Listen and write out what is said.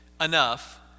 enough